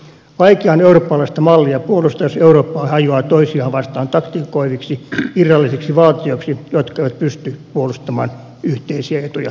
vaikeaa on eurooppalaista mallia puolustaa jos eurooppa hajoaa toisiaan vastaan taktikoiviksi irrallisiksi valtioiksi jotka eivät pysty puolustamaan yhteisiä etuja yhdessä